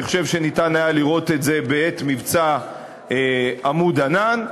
אני חושב שניתן היה לראות את זה בעת מבצע "עמוד ענן".